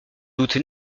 doute